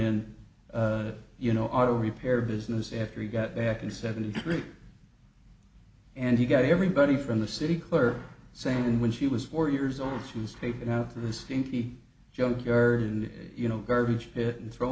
in you know our repair business after he got back in seventy three and you got everybody from the city clerk saying when she was four years old she was taken out to the stinky junk yard and you know garbage pit and throw